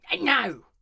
No